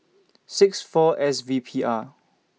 six four S V P R